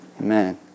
Amen